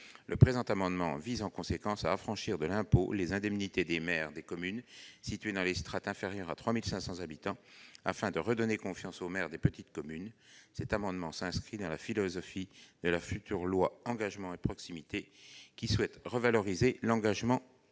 Le présent amendement vise à affranchir de l'impôt les indemnités des maires des communes situées dans les strates inférieures à 3 500 habitants, afin de redonner confiance aux maires des petites communes. Il s'inscrit dans la philosophie du projet de loi Engagement et proximité, qui tend à revaloriser l'engagement et la